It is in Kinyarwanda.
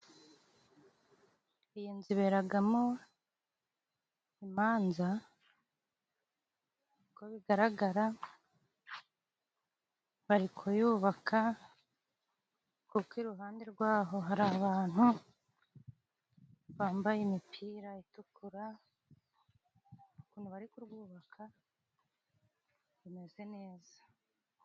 Iyi nzu iberagamo imanza uko bigaragara bari kuyubaka kuko iruhande rwaho hari abantu bambaye imipira itukura ukuntu bari kurwubaka bimeze neza.